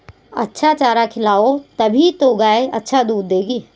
अच्छा चारा खिलाओगे तभी तो गाय अच्छा दूध देगी